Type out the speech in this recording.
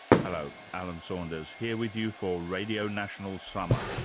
hello, alan saunders here with you for radio national summer,